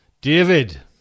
David